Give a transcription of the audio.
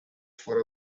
for